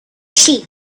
sheep